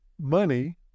money